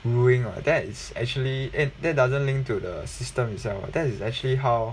ruling that is actually eh that doesn't link to the system itself that is actually how